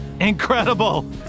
Incredible